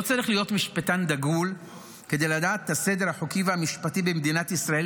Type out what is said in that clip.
לא צריך להיות משפטן דגול כדי לדעת את הסדר החוקי והמשפטי במדינת ישראל,